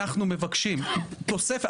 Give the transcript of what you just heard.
אנחנו מבקשים תוספת.